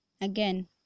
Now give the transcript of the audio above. again